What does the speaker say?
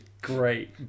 great